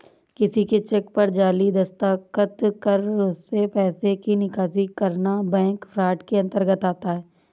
किसी के चेक पर जाली दस्तखत कर उससे पैसे की निकासी करना बैंक फ्रॉड के अंतर्गत आता है